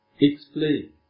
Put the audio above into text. explain